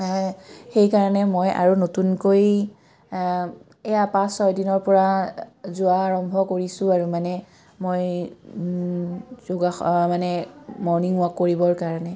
সেইকাৰণে মই আৰু নতুনকৈ এয়া পাঁচ ছয় দিনৰপৰা যোৱা আৰম্ভ কৰিছোঁ আৰু মানে মই যোগাসন মানে মৰ্ণিং ৱাক কৰিবৰ কাৰণে